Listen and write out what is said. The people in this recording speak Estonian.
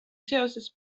seoses